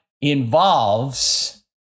involves